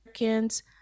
Americans